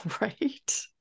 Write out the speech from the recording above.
right